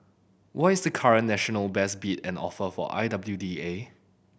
what is the current national best bid and offer for I W D A